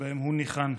שבהם הוא ניחן.